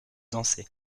danser